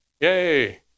Yay